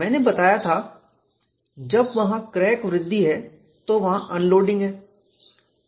मैंने बताया था जब वहां क्रैक वृद्धि है तो वहां अनलोडिंग है